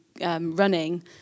running